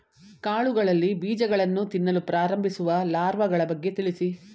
ಕಾಳುಗಳಲ್ಲಿ ಬೀಜಗಳನ್ನು ತಿನ್ನಲು ಪ್ರಾರಂಭಿಸುವ ಲಾರ್ವಗಳ ಬಗ್ಗೆ ತಿಳಿಸಿ?